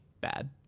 bad